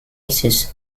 aces